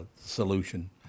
solution